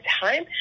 time